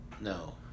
No